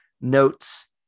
notes